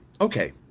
Okay